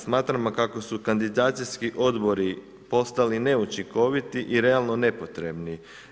Smatramo kako su kandidacijski odbori postali neučinkoviti i realno nepotrebni.